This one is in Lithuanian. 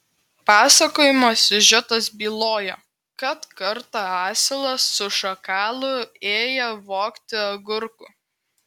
pasakojimo siužetas byloja kad kartą asilas su šakalu ėję vogti agurkų